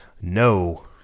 No